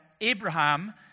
Abraham